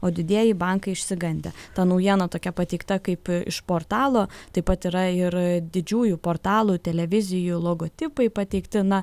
o didieji bankai išsigandę ta naujiena tokia pateikta kaip iš portalo taip pat yra ir didžiųjų portalų televizijų logotipai pateikti na